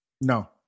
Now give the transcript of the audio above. No